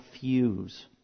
fuse